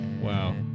Wow